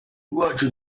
wacu